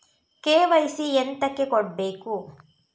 KYC ಎಂತಕೆ ಕೊಡ್ಬೇಕು?